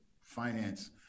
finance